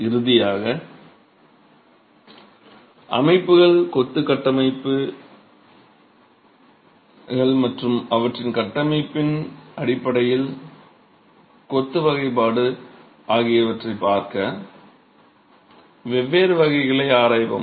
இறுதியாக அமைப்புகள் கொத்து கட்டமைப்புகள் மற்றும் அவற்றின் கட்டமைப்பின் அடிப்படையில் கொத்து வகைப்பாடு ஆகியவற்றைப் பார்க்க வெவ்வேறு வகைகளை ஆராய்வோம்